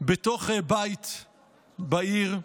בתוך בית בעיר,